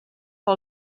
per